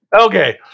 okay